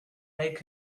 make